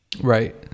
Right